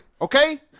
Okay